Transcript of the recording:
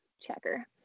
checker